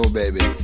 baby